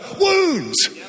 Wounds